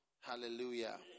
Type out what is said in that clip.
hallelujah